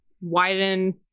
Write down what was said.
widen